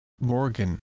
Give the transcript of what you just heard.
Morgan